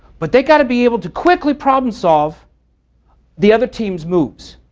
but they've got to be able to quickly problem solve the other team's moves,